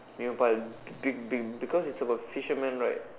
minimum price be~ be~ because it's about fishermen right